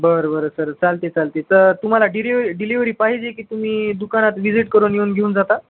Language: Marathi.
बरं बरं सर चालते चालते त तुम्हाला डि डिलेवरी पाहिजे की तुम्ही दुकानात व्हिजिट करून येऊन घेऊन जाता